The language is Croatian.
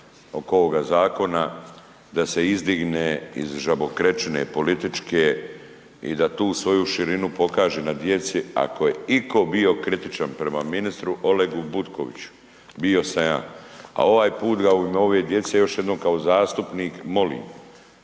oko ovoga zakona, da se izdigne iz žabokrečine političke i da tu svoju širinu pokaže na djeci, ako je iko bio kritičan prema ministru Olegu Butkoviću bio sam ja, a ovaj put ga u ime ove djece još jednom kao zastupnik molim